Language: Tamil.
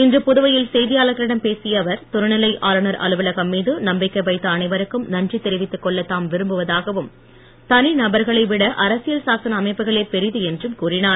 இன்று புதுவையில் செய்தியாளர்களிடம் பேசிய அவர் துணைநிலை ஆளுனர் அலுவலகம் மீது நம்பிக்கை வைத்த அனைவருக்கும் நன்றி தெரிவித்துக்கொன்ள தாம் விரும்புவதாகவும் தனி நபர்கனை விட அரசியல்சாசன அமைப்புகளே பெரிது என்றும் கூறிஞர்